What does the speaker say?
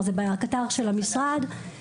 זה באתר המשרד.